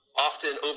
often